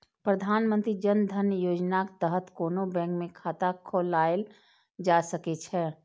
प्रधानमंत्री जन धन योजनाक तहत कोनो बैंक मे खाता खोलाएल जा सकै छै